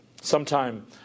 Sometime